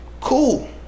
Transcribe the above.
Cool